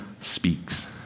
speaks